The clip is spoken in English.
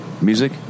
Music